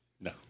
No